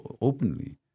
openly